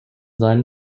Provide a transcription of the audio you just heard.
seinen